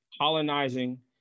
colonizing